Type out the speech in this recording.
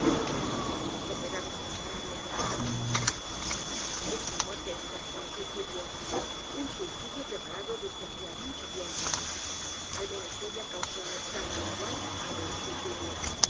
qué enfermedad es comparable al alcohol esta muerte es casi un suicidio un suicidio preparado desde hacía mucho tiempo al menos ella causó u n escándalo igual al de un suicidio